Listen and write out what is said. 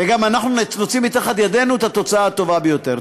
וגם אנחנו נוציא מתחת ידנו את התוצאה הטובה ביותר.